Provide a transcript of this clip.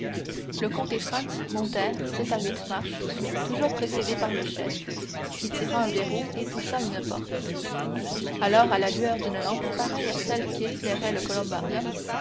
le comte et franz montèrent sept ou huit marches toujours précédés par le chef qui tira un verrou et poussa une porte alors à la lueur d'une lampe pareille à celle qui éclairait le columbarium